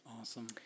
Awesome